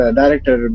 director